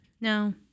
No